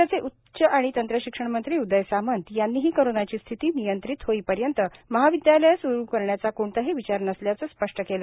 राज्याचे उच्च आणि तंत्रशिक्षण मंत्री उदय सामंत यांनीही कोरोनाची स्थिती नियंत्रित होईपर्यंत महाविदयालये सुरू करण्याचा कोणताही विचार नसल्याचं स्पष्ट केलं